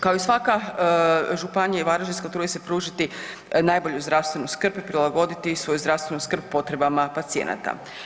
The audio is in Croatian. Kao i svaka županija i Varaždinska trudi se pružiti najbolju zdravstvenu skrb i prilagoditi svoju zdravstvenu skrb potrebama pacijenata.